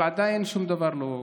אבל עדיין שום דבר התבצע.